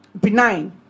benign